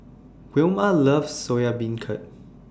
Wilma loves Soya Beancurd